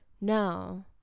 no